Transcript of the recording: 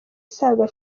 isaga